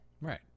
Right